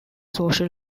social